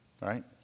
right